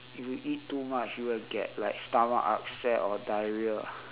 if you eat too much you will get like stomach upset or diarrhoea ah